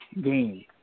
game